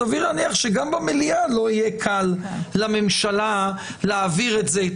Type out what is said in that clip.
סביר להניח שגם במליאה לא יהיה קל לממשלה להעביר את זה.